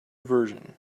version